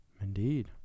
indeed